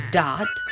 Dot